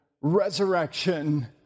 resurrection